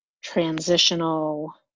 transitional